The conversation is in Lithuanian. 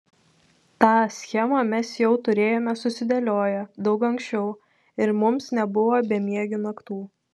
tą schemą mes jau turėjome susidėlioję daug ankščiau ir mums nebuvo bemiegių naktų